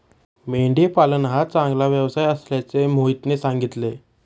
मेंढी पालन हा चांगला व्यवसाय असल्याचे मोहितने सांगितले